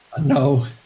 No